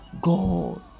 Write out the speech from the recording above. God